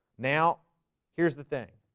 now here's the thing.